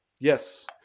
Yes